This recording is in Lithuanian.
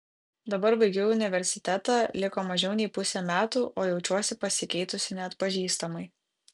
dabar baigiu universitetą liko mažiau nei pusė metų o jaučiuosi pasikeitusi neatpažįstamai